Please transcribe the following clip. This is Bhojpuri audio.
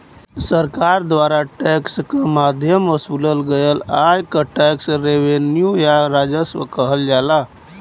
सरकार द्वारा टैक्स क माध्यम वसूलल गयल आय क टैक्स रेवेन्यू या राजस्व कहल जाला